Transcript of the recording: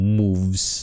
moves